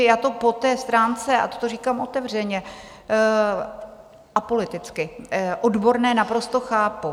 Takže to po té stránce a to to říkám otevřeně apoliticky odborné naprosto chápu.